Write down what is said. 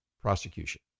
prosecution